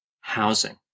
housing